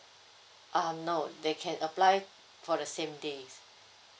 um no they can apply for the same days